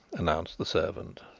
announced the servant.